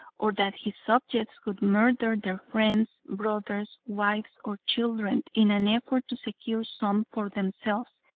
or that his subjects would murder their friends, brothers, wives or children in an effort to secure some for themselves,